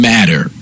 Matter